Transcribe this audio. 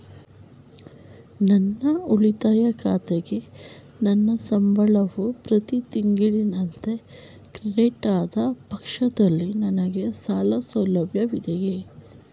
ನನ್ನ ಉಳಿತಾಯ ಖಾತೆಗೆ ನನ್ನ ಸಂಬಳವು ಪ್ರತಿ ತಿಂಗಳಿನಂತೆ ಕ್ರೆಡಿಟ್ ಆದ ಪಕ್ಷದಲ್ಲಿ ನನಗೆ ಸಾಲ ಸೌಲಭ್ಯವಿದೆಯೇ?